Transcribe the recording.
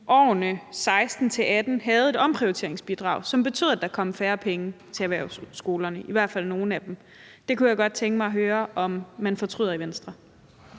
årene 2016-2018 havde et omprioriteringsbidrag, som betød, at der kom færre penge til erhvervsskolerne, i hvert fald nogle af dem. Det kunne jeg godt tænke mig at høre om man fortryder i Venstre.